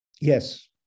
Yes